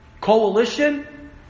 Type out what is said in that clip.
Coalition